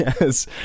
Yes